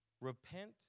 Repent